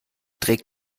trägt